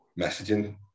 messaging